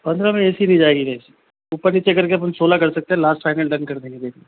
पंद्रह में A C नहीं जाएगी ऊपर नीचे करके हम सोलह कर सकते हैं लास्ट फाइनल डन कर देंगे देख लो